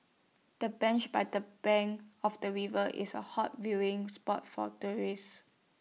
the bench by the bank of the river is A hot viewing spot for tourists